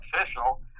official